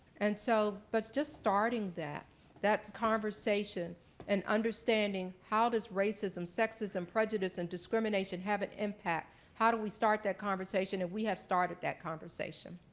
and so but just starting that that conversation and understanding how does racism, sexism, prejudice and discrimination have an impact, how do we start that conversation, and we have started that conversation.